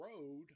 road